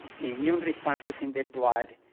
immune responses in the blood,